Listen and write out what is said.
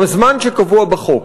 בזמן שקבוע בחוק?